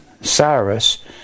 Cyrus